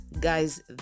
Guys